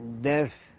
death